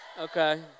Okay